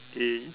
A